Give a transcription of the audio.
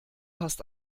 hast